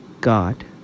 God